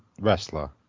wrestler